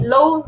Low